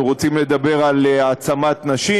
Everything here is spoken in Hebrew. אנחנו רוצים לדבר על העצמת נשים,